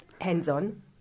hands-on